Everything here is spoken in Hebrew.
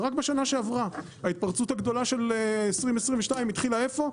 ורק בשנה שעברה ההתפרצות הגדולה של 2022 התחילה איפה?